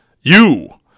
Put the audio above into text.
You